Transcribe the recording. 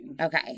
Okay